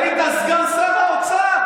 היית סגן שר האוצר.